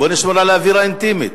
בוא נשמור על אווירה אינטימית.